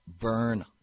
burn